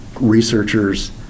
researchers